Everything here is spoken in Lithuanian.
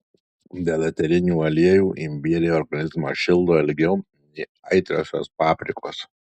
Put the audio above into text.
dėl eterinių aliejų imbierai organizmą šildo ilgiau nei aitriosios paprikos